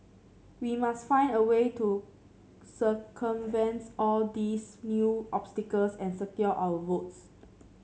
we must find a way to circumvents all these new obstacles and secure our votes